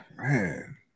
man